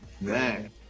Man